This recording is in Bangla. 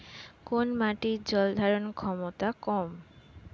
কোন মাটির জল ধারণ ক্ষমতা কম?